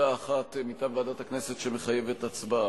הודעה אחת מטעם ועדת הכנסת שמחייבת הצבעה.